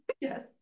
yes